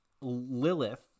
Lilith